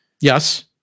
Yes